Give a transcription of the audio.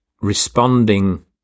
responding